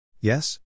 Yes